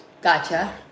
Gotcha